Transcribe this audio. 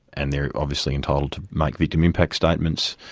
and they are obviously entitled to make victim impact statements,